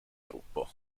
gruppo